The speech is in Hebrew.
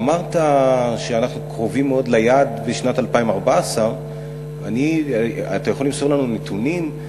אמרת שאנחנו קרובים מאוד ליעד בשנת 2014. אתה יכול למסור לנו נתונים?